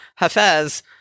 Hafez